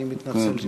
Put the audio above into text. אני מתנצל.